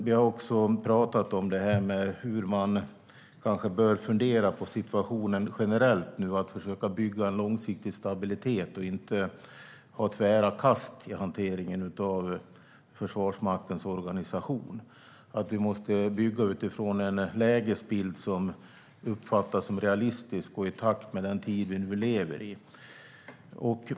Vi har också pratat om hur man bör fundera på situationen generellt: att försöka bygga en långsiktig stabilitet och inte ha tvära kast i hanteringen av Försvarsmaktens organisation och att vi måste bygga utifrån en lägesbild som uppfattas som realistisk och i takt med den tid vi nu lever i.